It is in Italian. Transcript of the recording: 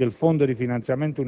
del fondo di finanziamento